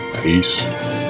peace